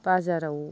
बाजाराव